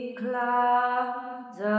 clouds